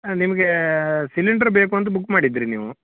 ನಿಮಗೆ ಸಿಲಿಂಡ್ರ್ ಬೇಕು ಅಂತ ಬುಕ್ ಮಾಡಿದ್ದಿರಿ ನೀವು